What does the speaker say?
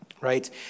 Right